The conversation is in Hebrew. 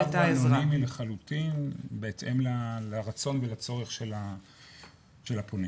אנונימיים לחלוטין, בהתאם לרצון ולצורך של הפונה.